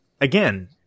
again